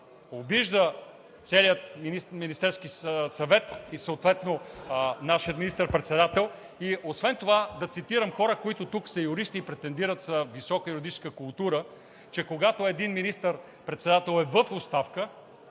обижда целия Министерски съвет и съответно нашия министър-председател, освен това да цитирам хора, които тук са юристи и претендират за висока юридическа култура, че когато един министър-председател е в оставка,